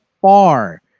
far